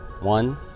one